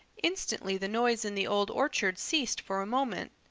instantly the noise in the old orchard ceased for a moment.